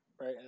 right